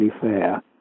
fair